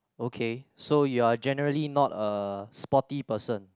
okay so you are generally not a sporty person